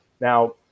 Now